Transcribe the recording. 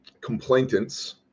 complainants